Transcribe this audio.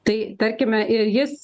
tai tarkime ir jis